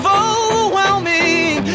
overwhelming